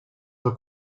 t’a